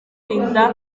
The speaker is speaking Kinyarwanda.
inda